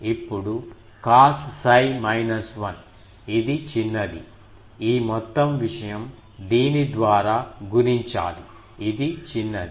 ఇప్పుడు cos 𝜓 minus 1 ఇది చిన్నది ఈ మొత్తం విషయం దీని ద్వారా గుణించాలి ఇది చిన్నది